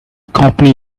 company